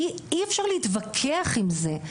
אי אפשר להתווכח על זה,